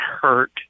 hurt